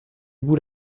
bout